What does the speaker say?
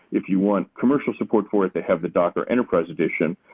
if you want commercial support for it, they have the docker enterprise edition,